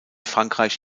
frankreich